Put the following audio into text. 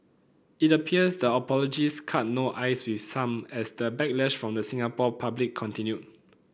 it appears the apologies cut no ice with some as the backlash from the Singapore public continued